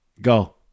go